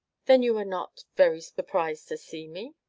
then you were not very surprised to see me?